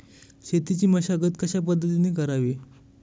शेतीची मशागत कशापद्धतीने करावी?